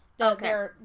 Okay